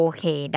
Okay